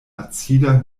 acida